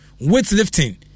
weightlifting